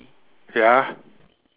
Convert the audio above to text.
ya